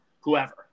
whoever